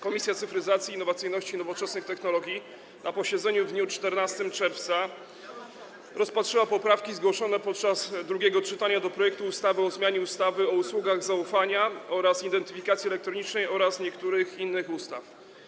Komisja Cyfryzacji, Innowacyjności i Nowoczesnych Technologii na posiedzeniu w dniu 14 czerwca rozpatrzyła poprawki zgłoszone podczas drugiego czytania do projektu ustawy o zmianie ustawy o usługach zaufania oraz identyfikacji elektronicznej oraz niektórych innych ustaw.